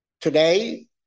today